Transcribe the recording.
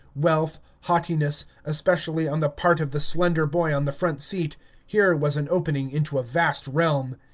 wealth, haughtiness, especially on the part of the slender boy on the front seat here was an opening into a vast realm.